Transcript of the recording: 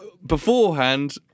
Beforehand